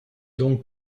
donc